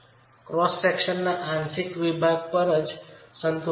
cross સેક્શનના આંશિક વિભાગ પર સંતુલન છે